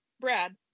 Brad